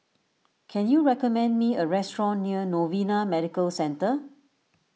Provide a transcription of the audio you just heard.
can you recommend me a restaurant near Novena Medical Centre